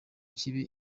kibe